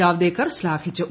Javadekar ശ്ലാഘിച്ചു